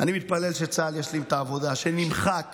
אני מתפלל שצה"ל ישלים את העבודה, שנמחק